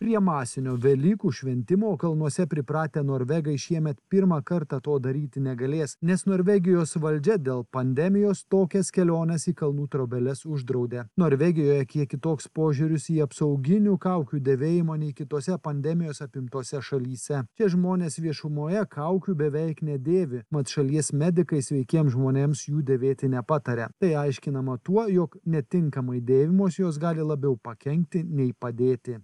prie masinio velykų šventimo kalnuose pripratę norvegai šiemet pirmą kartą to daryti negalės nes norvegijos valdžia dėl pandemijos tokias keliones į kalnų trobeles uždraudė norvegijoje kiek kitoks požiūris į apsauginių kaukių dėvėjimą nei kitose pandemijos apimtose šalyse tie žmonės viešumoje kaukių beveik nedėvi mat šalies medikai sveikiem žmonėms jų dėvėti nepataria tai aiškinama tuo jog netinkamai dėvimos jos gali labiau pakenkti nei padėti